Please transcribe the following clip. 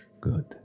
Good